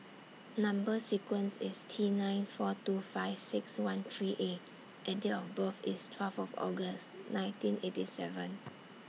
Number sequence IS T nine four two five six one three A and Date of birth IS twelve of August nineteen eighty seven